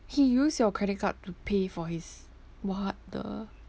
he use your credit card to pay for his what the